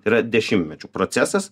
tai yra dešimtmečių procesas